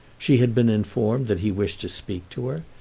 she had been informed that he wished to speak to her,